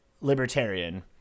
libertarian